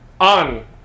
On